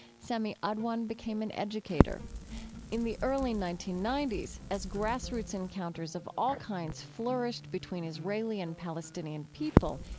sami adwan became an educator in the early nineteen ninety s, as grassroots encounters of all kinds flourished between israeli and palestinian people,